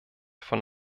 von